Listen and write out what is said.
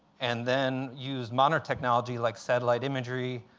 and then used modern technology, like satellite imagery,